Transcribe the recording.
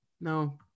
No